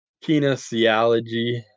kinesiology